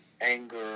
anger